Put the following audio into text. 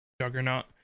juggernaut